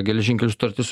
geležinkelių sutartis